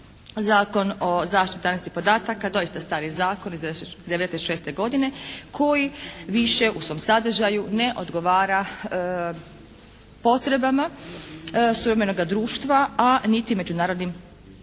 Zakon o zaštiti tajnosti podataka doista stari zakon iz 1996. koji više u svom sadržaju ne odgovara potrebama suvremenoga društva a niti međunarodnim standarima.